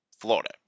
Florida